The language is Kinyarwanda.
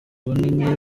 bunini